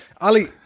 Ali